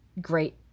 great